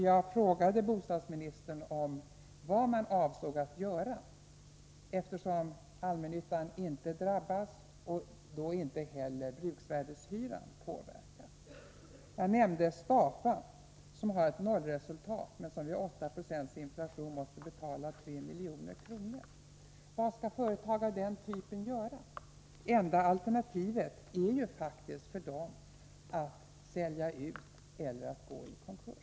Jag frågade bostadsministern vad man avsåg att göra, eftersom allmännyttan inte drabbas och då inte heller bruksvärdeshyran påverkas. Jag nämnde Stafa, som har ett nollresultat men som med en inflation på 8 70 måste betala 3 milj.kr. is.k. vinstdelningsskatt. Vad skall företag av den typen göra? Det enda alternativet för dem är ju faktiskt antingen att sälja ut eller att gå i konkurs.